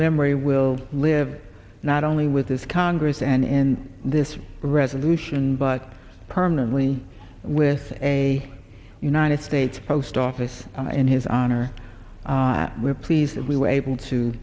memory will live not only with this congress and this resolution but permanently with a united states post office in his honor we are pleased that we were able to